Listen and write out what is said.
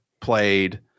played